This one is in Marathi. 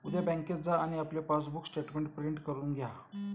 उद्या बँकेत जा आणि आपले पासबुक स्टेटमेंट प्रिंट करून घ्या